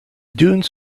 dunes